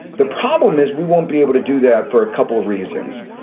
the problem is we won't be able to do that for a couple of reasons.